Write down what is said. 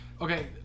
okay